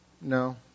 No